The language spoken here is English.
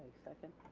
second.